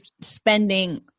spending